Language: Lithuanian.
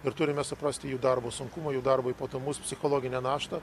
ir turime suprasti jų darbo sunkumą jų darbo ypatumus psichologinę naštą